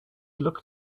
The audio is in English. looked